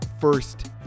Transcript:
first